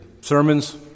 sermons